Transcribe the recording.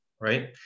right